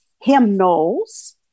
hymnals